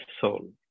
soul